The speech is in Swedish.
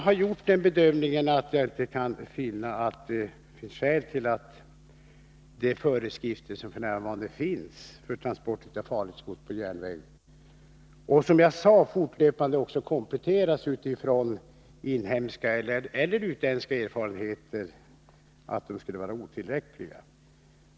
Herr talman! Jag har inte kunnat finna skäl till att de nuvarande föreskrifterna för transport av farligt gods på järnväg, vilka, som jag framhöll i svaret, fortlöpande kompletteras utifrån inhemska och utländska erfarenheter, skulle vara otillräckliga.